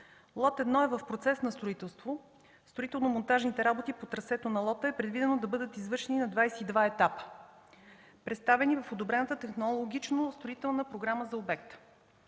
Лот 1 е в процес на строителство. Строително-монтажните работи по трасето на лота е предвидено да бъдат извършени на 22 етапа, представени в одобрената технологично-строителна програма за обекта.